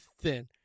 thin